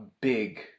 big